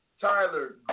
Tyler